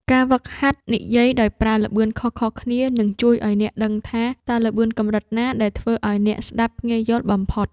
ការហ្វឹកហាត់និយាយដោយប្រើល្បឿនខុសៗគ្នា នឹងជួយឱ្យអ្នកដឹងថា តើល្បឿនកម្រិតណាដែលធ្វើឱ្យអ្នកស្ដាប់ងាយយល់បំផុត។